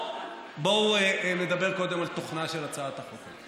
בואו נדבר קודם על תוכנה של הצעת החוק.